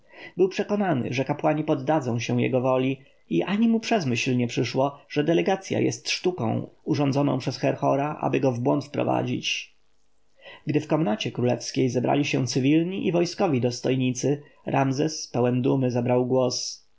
był przekonany że kapłani poddadzą się jego woli i ani mu przez myśl nie przeszło że delegacja jest sztuką urządzoną przez herhora aby go w błąd wprowadzić gdy w komnacie królewskiej zebrali się cywilni i wojskowi dostojnicy ramzes pełen dumy zabrał głos